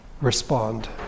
Respond